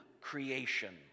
creation